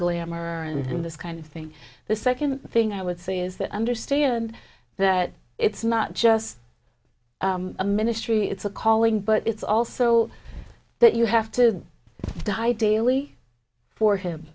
glamour and this kind of thing the second thing i would say is that i understand that it's not just a ministry it's a calling but it's also that you have to die daily for him